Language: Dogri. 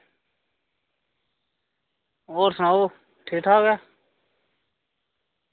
होर सनाओ ठीक ठाक ऐ